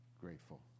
grateful